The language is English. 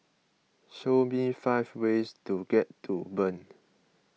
show me five ways to get to Bern